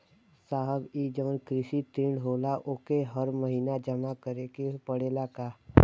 साहब ई जवन कृषि ऋण होला ओके हर महिना जमा करे के पणेला का?